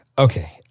Okay